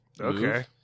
okay